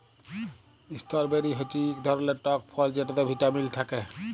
strawberry হচ্যে ইক ধরলের টক ফল যেটতে ভিটামিল থ্যাকে